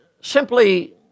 simply